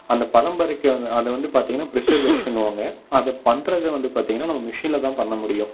அந்த பதம்பரிக்க அந்த அதை வந்து பார்த்தீங்கன்னா ப்ரிசெர்வேஷன்னுவாங்க அதை பண்ணுறத வந்து பார்த்தீங்கன்னா நம்ம மிசினில் தான் பண்ண முடியும்